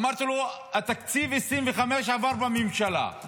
אמרתי לו: תקציב 2025 עבר בממשלה.